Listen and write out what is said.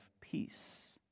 peace